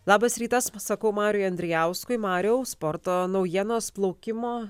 labas rytas pasakau mariui andrijauskui mariau sporto naujienos plaukimo